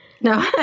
No